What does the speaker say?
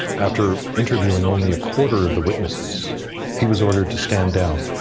after interviewing only a quarter of the witnesses he was ordered to stand down.